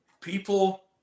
people